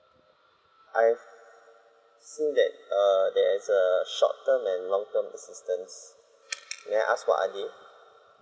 I've see that err there is a short term and long term assistance may I ask what are they